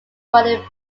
cunning